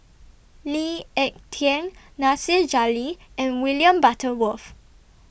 Lee Ek Tieng Nasir Jalil and William Butterworth